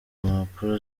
mpapuro